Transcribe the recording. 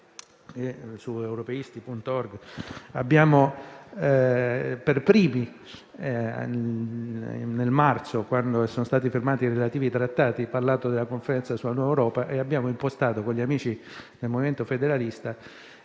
su «europeisti.org» per primi, a marzo, quando sono stati firmati i relativi trattati e parlato della Conferenza sulla nuova Europa, abbiamo impostato con gli amici del Movimento federalista